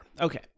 Okay